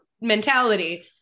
mentality